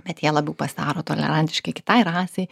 bet jie labiau pasidaro tolerantiški kitai rasei